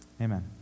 Amen